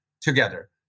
together